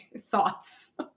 thoughts